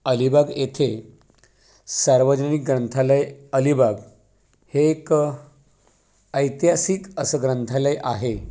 अलीबाग येथे सार्वजनिक ग्रंथालय अलीबाग हे एक ऐतिहासिक असं ग्रंथालय आहे